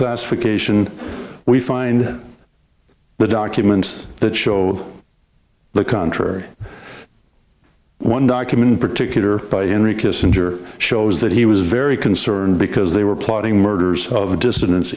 classification we find the documents that showed the contrary one document particular by any kissinger shows that he was very concerned because they were plotting murders of dissidents